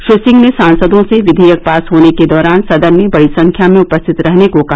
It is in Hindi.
श्री सिंह ने सांसदों से विवेयक पास होने के दौरान सदन में बड़ी संख्या में उपश्थित रहने को कहा